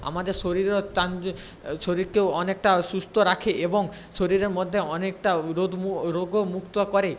আমাদের শরীরেও শরীরকেও অনেকটা সুস্থ রাখে এবং শরীরের মধ্যে অনেকটা রোগও মুক্ত করে